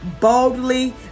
boldly